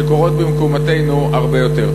שקורות במקומותינו הרבה יותר.